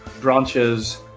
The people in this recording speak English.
branches